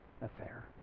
affair